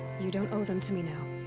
you don't owe them to me now.